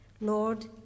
Lord